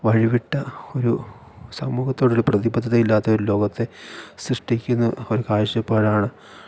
വഴിവിട്ട ഒരു സമൂഹത്തോടൊരു പ്രതിബദ്ധതയുമില്ലാത്തൊരു ലോകത്തെ സൃഷ്ടിക്കുന്ന ഒരു കാഴ്ചപ്പാടാണ്